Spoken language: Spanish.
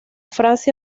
francia